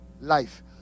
life